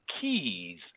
keys